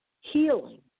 healing